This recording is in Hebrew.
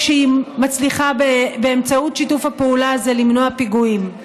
כשהיא מצליחה באמצעות שיתוף הפעולה הזה למנוע פיגועים.